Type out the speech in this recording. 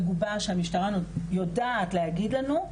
מגובש שהמשטרה יודעת להגיד לנו.